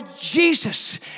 Jesus